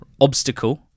obstacle